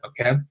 okay